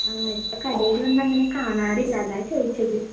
ആ ഇപ്പോൾ കടയിലൊന്നും അങ്ങനെ കാണാറില്ല അതാണ് ചോദിച്ചത്